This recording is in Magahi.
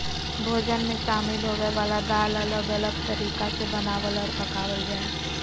भोजन मे शामिल होवय वला दाल अलग अलग तरीका से बनावल आर पकावल जा हय